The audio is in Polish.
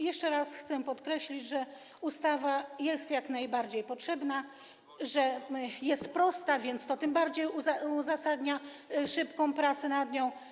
Jeszcze raz chcę podkreślić, że ustawa jest jak najbardziej potrzebna, że jest prosta, więc to tym bardziej uzasadnia szybką pracę nad nią.